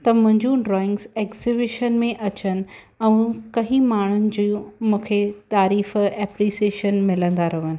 त मुंहिंजूं drawings exhibition में अचनि ऐं कई माण्हुनि जूं मूंखे तारीफ़ ऐपरिसिएशन मिलंदा रहनि